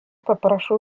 попрошу